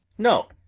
no,